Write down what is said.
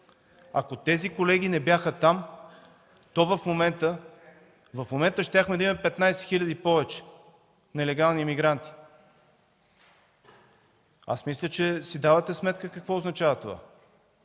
Ако тези колеги не бяха там, в момента щяхме да имаме 15 хиляди повече нелегални имигранти. Мисля, че си давате сметка какво означава това.